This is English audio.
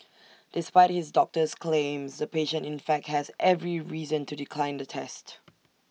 despite his doctor's claims the patient in fact has every reason to decline the test